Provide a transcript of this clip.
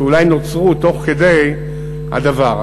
שאולי נוצרו תוך כדי הדבר.